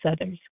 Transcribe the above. others